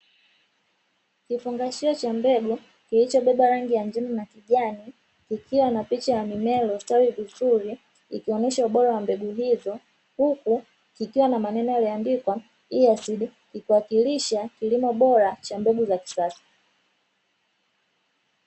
Kifungashio cha mbegu kilichobeba rangi ya njano na kijani ikiwa na picha ya mimea iliyostawi vizuri ikionyesha ubora wa mbegu hizo, huku kikiwa na maneno yaliyoandikwa iiasidi, ikiwakilisha kilimo bora cha mbegu za kisasa.